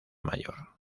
mayor